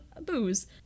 booze